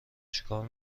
چیکار